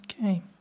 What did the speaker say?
Okay